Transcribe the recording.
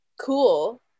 cool